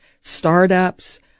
startups